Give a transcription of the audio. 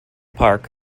park